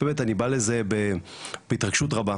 אני בא לזה בהתרגשות רבה.